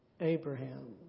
Abraham